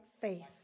faith